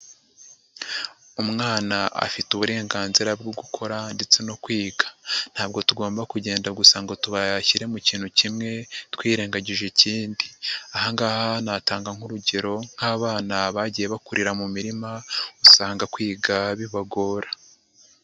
Umwana afite uburenganzira bwo gukora ndetse no kwiga, ntabwo tugomba kugenda gusa ngo tubayashyire mu kintu kimwe twirengagije ikindi, aha ngaha natanga nk'urugero nk'abana bagiye bakurira mu mirima usanga kwiga bibagora.